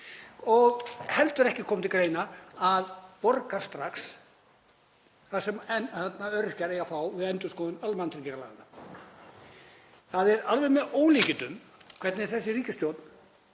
heldur til greina að borga strax það sem öryrkjar eiga að fá við endurskoðun almannatryggingalaganna. Það er alveg með ólíkindum hvernig þessi ríkisstjórn